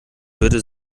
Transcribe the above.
würde